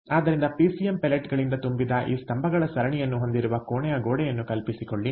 ಆದ್ದರಿಂದ ಪಿಸಿಎಂ ಪೆಲೆಟ್ಗಳಿಂದ ತುಂಬಿದ ಈ ಸ್ತಂಭಗಳ ಸರಣಿಯನ್ನು ಹೊಂದಿರುವ ಕೋಣೆಯ ಗೋಡೆಯನ್ನು ಕಲ್ಪಿಸಿಕೊಳ್ಳಿ